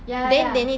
ya ya ya